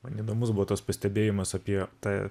man įdomus buvo tas pastebėjimas apie tą